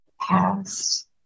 past